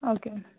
okay madam